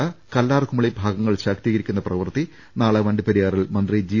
റ കല്ലാർ കുമളി ഭാഗങ്ങൾ ശാക്തീകരിക്കുന്ന പ്രവൃത്തി നാളെ വണ്ടിപ്പെരിയാ റിൽ മന്ത്രി ജി